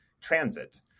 Transit